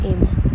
Amen